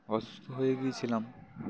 অসুস্থ হয়ে গিয়েছিলাম